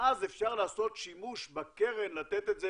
אז אפשר לעשות שימוש בקרן, לתת את זה